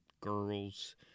girls